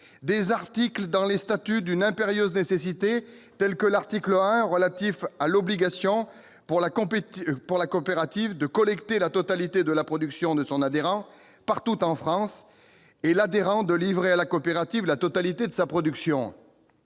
articles des statuts sont d'une impérieuse nécessité, tel l'article 1, relatif à l'obligation faite à la coopérative de collecter la totalité de la production de son adhérent, partout en France, et l'obligation faite à l'adhérent de livrer à la coopérative la totalité de sa production.